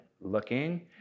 looking